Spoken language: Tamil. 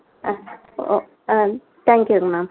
ஆ ஓ ஆ தேங்க் யூங்க மேம்